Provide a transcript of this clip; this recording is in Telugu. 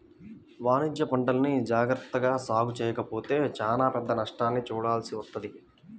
వాణిజ్యపంటల్ని జాగర్తగా సాగు చెయ్యకపోతే చానా పెద్ద నష్టాన్ని చూడాల్సి వత్తది